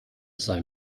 sei